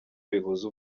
bihuza